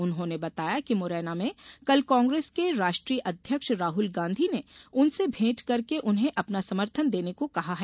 उन्होंने बताया कि मुरैना में कल कांग्रेस के राष्ट्रीय अध्यक्ष राहल गांधी ने उनसे भेंट करके उन्हें अपना समर्थन देने को कहा है